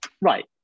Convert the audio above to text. Right